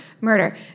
murder